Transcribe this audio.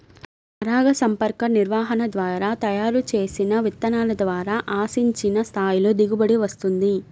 పరాగసంపర్క నిర్వహణ ద్వారా తయారు చేసిన విత్తనాల ద్వారా ఆశించిన స్థాయిలో దిగుబడి వస్తుంది